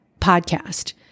podcast